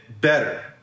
better